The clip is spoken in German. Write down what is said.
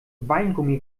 weingummi